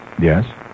Yes